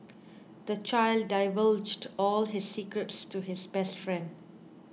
the child divulged all his secrets to his best friend